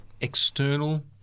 external